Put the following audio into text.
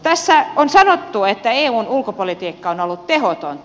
tässä on sanottu että eun ulkopolitiikka on ollut tehotonta